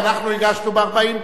ואנחנו הגשנו ב-40,